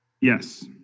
Yes